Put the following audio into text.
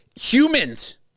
humans